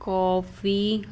coffee